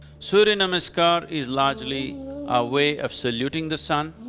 surya namaskar is largely a way of saluting the sun